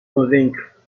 convaincre